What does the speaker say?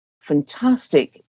fantastic